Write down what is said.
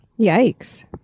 Yikes